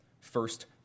First